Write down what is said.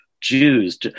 Jews